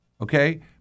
okay